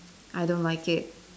I don't like it